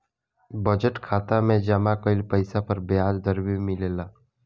budget खाता में जमा कइल पइसा पर ब्याज दर भी मिलेला